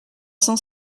cent